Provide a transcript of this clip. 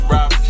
Rob